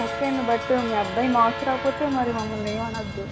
okay అండి but మీ అబ్బాయి మార్క్స్ రాకపోతే మరి మమ్మల్ని ఏమి అనొద్దు